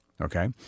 Okay